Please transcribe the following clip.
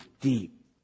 deep